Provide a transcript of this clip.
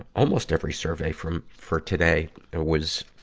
almost every survey from, for today was,